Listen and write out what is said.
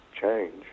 change